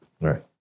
Right